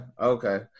Okay